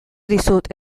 dizut